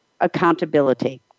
accountability